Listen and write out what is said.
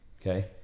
Okay